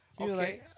okay